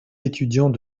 étudiants